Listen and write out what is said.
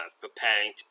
preparing